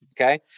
Okay